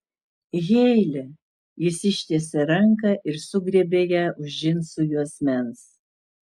heile jis ištiesė ranką ir sugriebė ją už džinsų juosmens